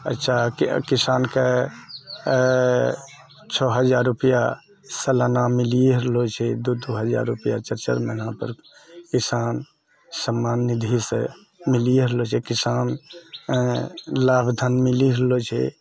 अच्छा किसानके छओ हजार रुपैआ सलाना मिलिए रहलऽ छै दू दू हजार रुपैआ चारि चारि महिनापर किसान सम्मान निधिसँ मिलिए रहलऽ छै किसान लाभ धन मिलि रहलऽ छै